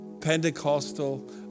Pentecostal